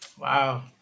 wow